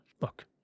Look